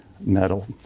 metal